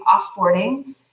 offboarding